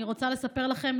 אני רוצה לספר לכם,